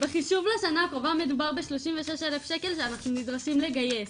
בחישוב לשנה הקרובה מדובר בשלושים ושש אלף שקל שאנחנו נדרשים לגייס.